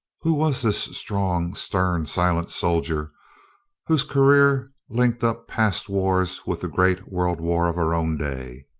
who was this strong, stern, silent soldier whose career linked up past wars with the great world war of our own day?